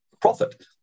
profit